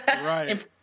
Right